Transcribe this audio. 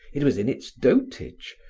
it was in its dotage,